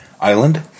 island